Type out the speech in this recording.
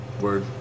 Word